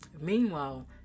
Meanwhile